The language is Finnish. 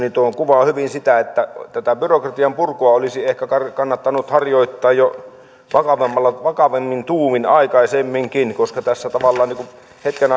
kuvaavat hyvin sitä että tätä byrokratian purkua olisi ehkä kannattanut harjoittaa jo vakavammin tuumin aikaisemminkin koska tässä tavallaan hetken